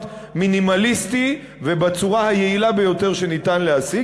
מינימליסטי ובצורה היעילה ביותר שאפשר להשיג,